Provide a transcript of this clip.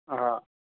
हा